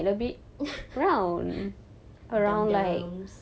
dumb dumbs